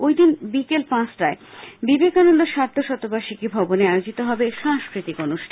ঐদিন বিকেল পাঁচটায় বিবেকানন্দ সার্ধ শতবার্ষিকী ভবনে আয়োজিত হবে সাংস্কৃতিক অনুষ্ঠান